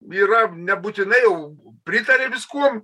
yra nebūtinai jau pritarė vyskuom